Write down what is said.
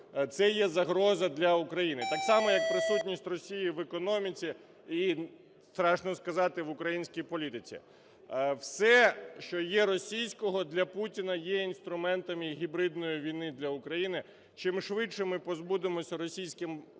це є загроза для України, так само, як присутність Росії в економіці і, страшно сказати, в українській політиці. Все, що є російського, для Путіна є інструментами гібридної війни для України. Чим швидше ми позбудемося російських банків,